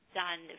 done